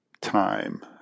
time